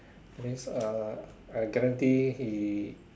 that means uh I guarantee he